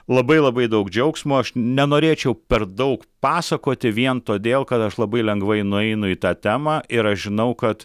labai labai daug džiaugsmo aš nenorėčiau per daug pasakoti vien todėl kad aš labai lengvai nueinu į tą temą ir aš žinau kad